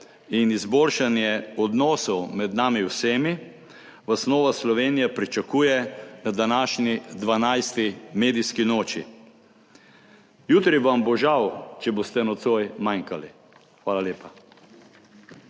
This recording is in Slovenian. in izboljšanje odnosov med nami vsemi vas Nova Slovenija pričakuje na današnji 12. medijski noči. Jutri vam bo žal, če boste nocoj manjkali. Hvala lepa.